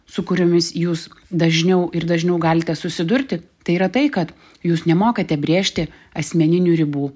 su kuriomis jūs dažniau ir dažniau galite susidurti tai yra tai kad jūs nemokate brėžti asmeninių ribų